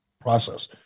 process